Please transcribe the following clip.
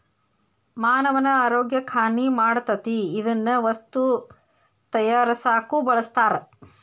ಮಾನವನ ಆರೋಗ್ಯಕ್ಕ ಹಾನಿ ಮಾಡತತಿ ಇದನ್ನ ವಸ್ತು ತಯಾರಸಾಕು ಬಳಸ್ತಾರ